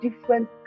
different